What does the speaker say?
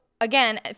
again